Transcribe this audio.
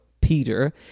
Peter